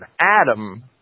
Adam